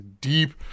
deep